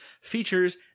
features